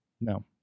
No